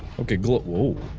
okay glo whoa